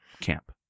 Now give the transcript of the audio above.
camp